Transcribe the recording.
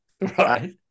Right